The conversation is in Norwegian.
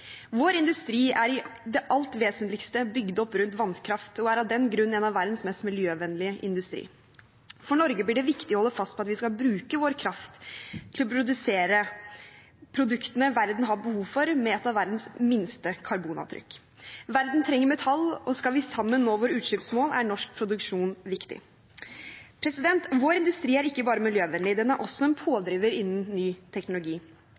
Vår industri er i det alt vesentlige bygd opp rundt vannkraft og er av den grunn en av verdens mest miljøvennlige industrier. For Norge blir det viktig å holde fast på at vi skal bruke vår kraft til å produsere produktene verden har behov for, med et av verdens minste karbonavtrykk. Verden trenger metall, og skal vi sammen nå våre utslippsmål, er norsk produksjon viktig. Vår industri er ikke bare miljøvennlig. Den er også en pådriver innen ny teknologi.